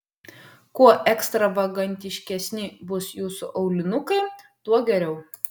kuo ekstravagantiškesni bus jūsų aulinukai tuo geriau